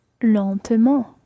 lentement